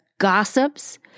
gossips